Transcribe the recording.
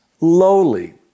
lowly